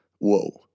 Whoa